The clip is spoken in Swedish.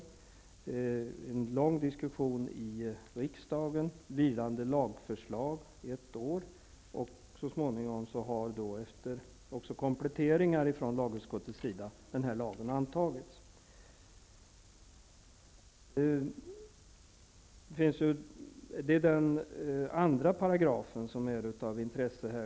Det fördes en lång diskussion i riksdagen som ledde till ett under ett år vilande lagförslag. Så småningom har efter kompletteringar från lagutskottet lagen antagits. Det är 2 § som här är av intresse.